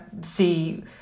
see